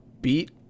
beat